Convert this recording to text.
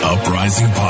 Uprising